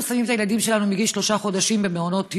אנחנו שמים את הילדים שלנו מגיל שלושה חודשים במעונות יום,